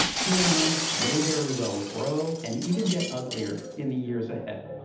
qanon may very well grow and even get uglier in the years ahead.